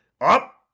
up